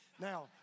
Now